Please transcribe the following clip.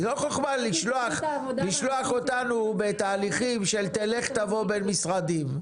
זאת לא חוכמה לשלוח אותנו בתהליכים של "תלך תבוא" בין משרדים.